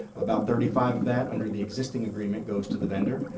about thirty five of that, under the existing agreement, goes to the vendor.